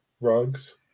rugs